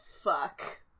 fuck